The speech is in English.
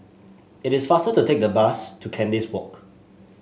it is faster to take the bus to Kandis Walk